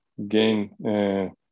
gain